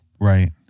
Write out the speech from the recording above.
Right